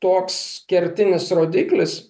toks kertinis rodiklis